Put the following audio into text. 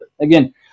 again